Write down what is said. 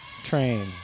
train